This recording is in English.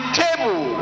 table